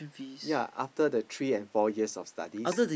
yea after the three and four years of studies